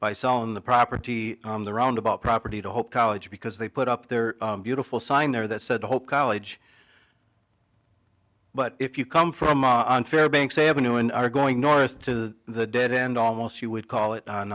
by selling the property on the roundabout property to hope college because they put up their beautiful sign there that said hope college but if you come from fairbanks ave and are going north to the dead end almost you would call it